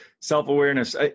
self-awareness